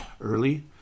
early